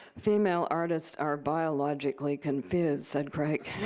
female artists are biologically confused said crake.